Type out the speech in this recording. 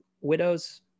widows